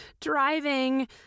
driving